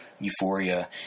euphoria